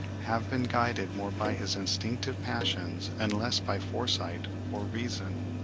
have been guided more by his instinctive passions, and less by foresight or reason.